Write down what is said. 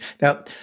Now